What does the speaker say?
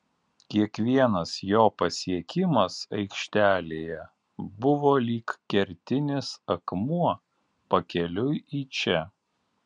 kiekvienas jo pasiekimas aikštelėje buvo lyg kertinis akmuo pakeliui į čia